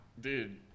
Dude